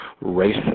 race